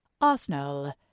Arsenal